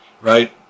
right